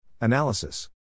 Analysis